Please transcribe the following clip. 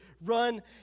run